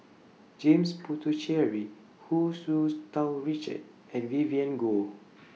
James Puthucheary Hu Tsu Tau Richard and Vivien Goh